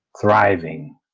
thriving